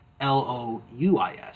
L-O-U-I-S